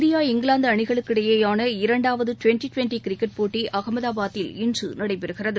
India இங்கிலாந்துஅணிகளுக்கு இடையோன இரண்டாவதுட்வெண்ட்டிட்வெண்ட்டிகிரிக்கெட் போட்டிஅஹமதாபாதில் இன்றுநடைபெறுகிறது